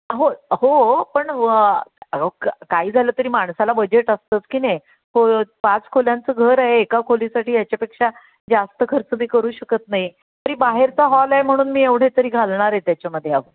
होय हो पण काही झालं तरी माणसाला बजेट असतंच की नाही खो पाच खोल्यांचं घर आहे एका खोलीसाठी याच्यापेक्षा जास्त खर्च मी करू शकत नाही तरी बाहेरचा हॉल आहे म्हणून मी एवढे तरी घालणार आहे त्याच्यामध्ये आहोत